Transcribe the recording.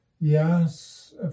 yes